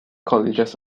colleges